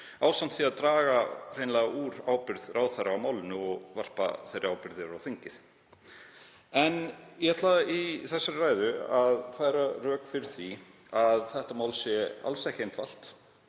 ásamt því að draga úr ábyrgð ráðherra á málinu og varpa þeirri ábyrgð yfir á þingið. Ég ætla í þessari ræðu að færa rök fyrir því að þetta mál sé alls ekki einfalt